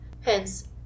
Hence